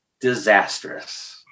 disastrous